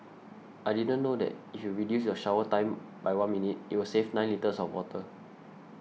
I didn't know that if you reduce your shower time by one minute it will save nine litres of water